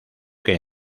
que